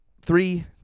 Three